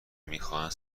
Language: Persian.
میخواهند